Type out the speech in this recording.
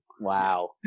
wow